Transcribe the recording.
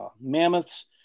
mammoths